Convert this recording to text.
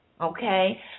okay